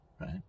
Right